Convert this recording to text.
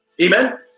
Amen